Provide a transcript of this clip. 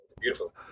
beautiful